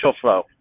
flow